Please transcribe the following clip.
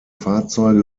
fahrzeuge